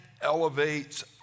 elevates